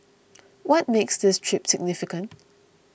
what makes this trip significant